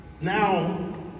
Now